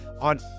on